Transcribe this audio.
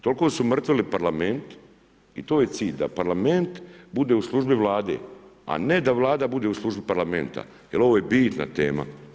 Toliko su umrtvili Parlament i to je cilj, da Parlament bude u službi Vlade a ne da Vlada bude u službi Parlamenta jer ovo je bitna tema.